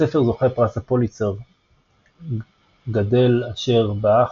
הספר זוכה פרס הפוליצר "גדל, אשר, באך"